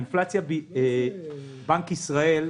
בנק ישראל,